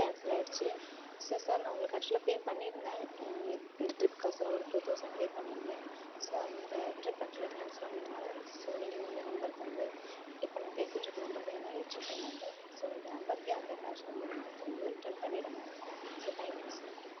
கேன்சலாயிடுச்சு எக்ஸ்சஸாக நான் உங்களுக்கு ஆக்சுவலாக பே பண்ணியிருந்தேன் இந்த ட்ரிப் கோசரோம் ஒரு டூ தவுசன்ட் பே பண்ணியிருந்தேன் ஸோ அந்த ட்ரிப் ஆக்சுவலாக கேன்சல் ஆனதுனால ஸோ நீங்கள் வந்து இந்த நம்பருக்கு வந்து இப்போ நான் பேசிட்டுருக்க நம்பர் தான் என்னோட ஜிபே நம்பர் ஸோ இந்த நம்பருக்கே அந்த கேஷை வந்து நீங்கள் திரும்பி ரிட்டர்ன் பண்ணிவிடுங்க ஸோ தேங்க் யூ சார்